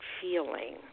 feeling